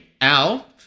Al